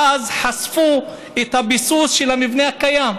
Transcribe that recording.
ואז חשפו את הביסוס של המבנה הקיים,